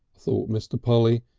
thought mr. polly,